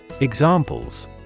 Examples